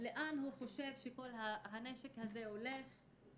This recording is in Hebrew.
לאן הוא חושב שכל הנשק הזה הולך?